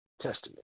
Testament